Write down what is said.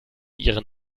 ihren